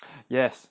yes